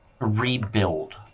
rebuild